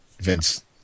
Vince